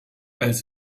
als